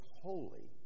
holy